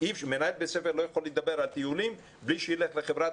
מנהל בית ספר לא יכול לדבר על טיולים בלי שילך לחברת